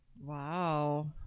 Wow